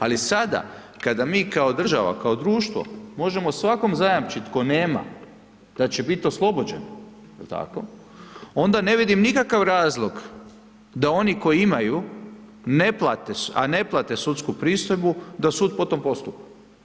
Ali sada kada mi kao država, kao društvo možemo svakom zajamčiti tko nema da će biti oslobođen, je li tako, onda ne vidim nikakav razlog da oni koji imaju ne plate, a ne plate sudsku pristojbu da sud po tom postupa.